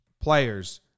players